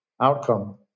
outcome